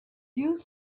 you